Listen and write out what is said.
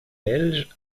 belges